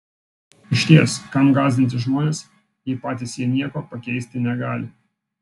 išties kam gąsdinti žmones jei patys jie nieko pakeisti negali